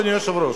אדוני היושב-ראש.